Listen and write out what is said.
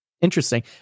Interesting